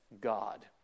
God